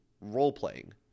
role-playing